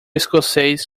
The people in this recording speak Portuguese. escocês